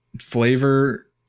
flavor